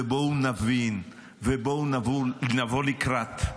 ובואו נבין, ובואו נבוא לקראת.